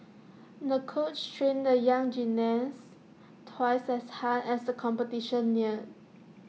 the coach trained the young gymnast twice as hard as the competition neared